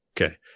Okay